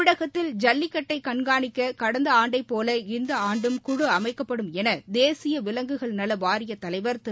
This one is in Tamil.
தமிழகத்தில் ஜல்லிக்கட்டை கண்காணிக்க கடந்த ஆண்டைப் போல இந்த ஆண்டும் குழு அமைக்கப்படும் என தேசிய விலங்குகள் நல வாரியத் தலைவர் திரு